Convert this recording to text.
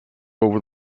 over